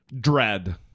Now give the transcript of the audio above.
dread